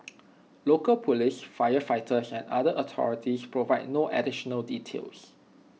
local Police firefighters and other authorities provided no additional details